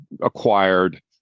acquired